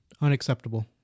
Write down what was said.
unacceptable